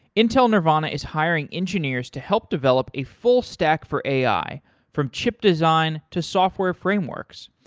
intel nervana is hiring engineers to help develop a full stack for ai from chip design to software frameworks.